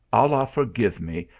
allah for give me,